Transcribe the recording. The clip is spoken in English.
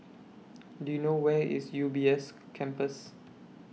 Do YOU know Where IS U B S Campus